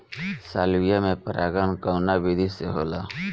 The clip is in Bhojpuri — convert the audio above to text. सालविया में परागण कउना विधि से होला?